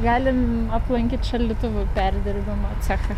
galim aplankyt šaldytuvų perdirbimo cechą